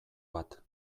bat